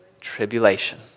tribulation